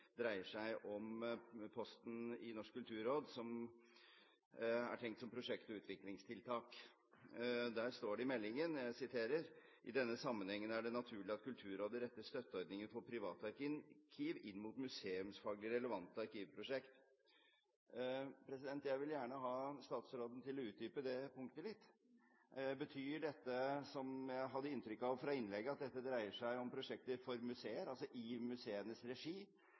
er det naturleg at Kulturrådet rettar støtteordninga for privatarkiv inn mot museumsfagleg relevante arkivprosjekt.» Jeg vil gjerne ha statsråden til å utdype det punktet litt. Betyr det, som jeg hadde inntrykk av fra innlegget, at dette dreier seg om prosjekter for museer, altså i museenes regi,